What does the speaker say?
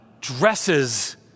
dresses